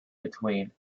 between